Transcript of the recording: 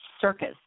circus